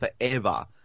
forever